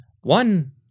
one